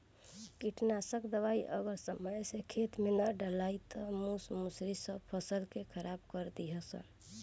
कीटनाशक दवाई अगर समय से खेते में ना डलाइल त मूस मुसड़ी सब फसल के खराब कर दीहन सन